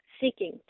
seeking